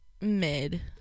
mid